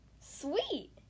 Sweet